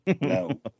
no